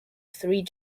three